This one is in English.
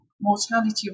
mortality